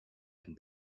can